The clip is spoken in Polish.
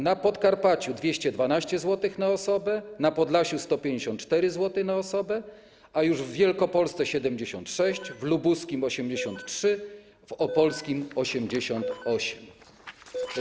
Na Podkarpaciu - 212 zł na osobę, na Podlasiu - 154 zł na osobę, a już w Wielkopolsce - 76, w lubuskim - 83, w opolskim - 88.